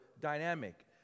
dynamic